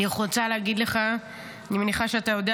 אני רוצה להגיד לך: אני מניחה שאתה יודע